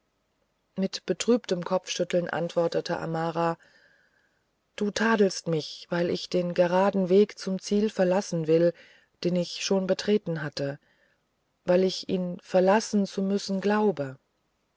mit betrübtem kopfschütteln antwortete amara du tadelst mich weil ich den geraden weg zum ziel verlassen will den ich schon betreten hatte weil ich ihn verlassen zu müssen glaube